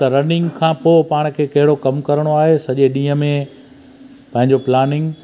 त रनिंग खां पोइ पाण खे कहिड़ो कमु करिणो आहे सॼे ॾींहुं में पंहिंजो प्लानिंग